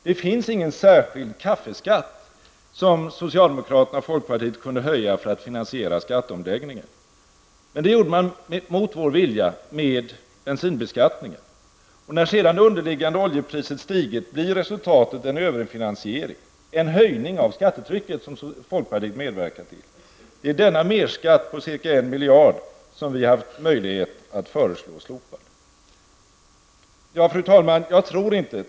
Det finns ingen särskild kaffeskatt, som socialdemokraterna och folkpartiet kunde höja för att finansiera skatteomläggningen. Det gjorde man mot vår vilja med bensinbeskattningen. När sedan det underliggande oljepriset höjdes, blev resultatet en överfinansiering, en höjning av skattetrycket som folkpartiet medverkat till. Det är denna merskatt på ca en miljard som vi föreslår slopad. Herr talman!